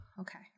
okay